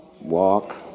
Walk